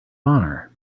honor